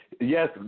Yes